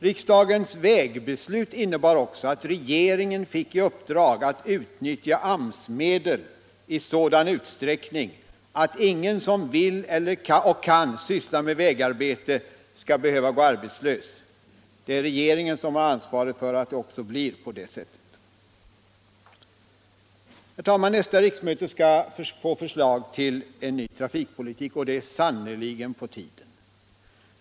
Riksdagens vägbeslut innebar också att regeringen fick i uppdrag att utnyttja AMS-medel i sådan utsträckning att ingen som vill och kan syssla med vägarbete skall behöva gå arbetslös. Det är regeringen som har ansvaret för att det också blir på det sättet. | Herr talman! Nästa riksmöte skall få förslag till en ny trafikpolitik, och det är sannerligen på tiden.